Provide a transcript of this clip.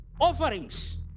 offerings